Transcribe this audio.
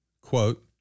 quote